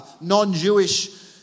non-Jewish